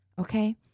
okay